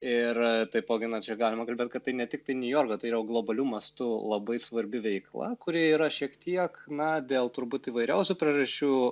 ir taipogi na čia galima kalbėt kad tai ne tiktai niujorko tai yra jau globaliu mastu labai svarbi veikla kuri yra šiek tiek na dėl turbūt įvairiausių priežasčių